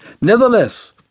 Nevertheless